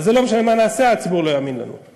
לא משנה מה נעשה, הציבור לא יאמין לנו.